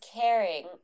caring